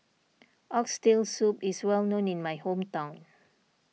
Oxtail Soup is well known in my hometown